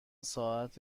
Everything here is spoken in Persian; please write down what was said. ساعت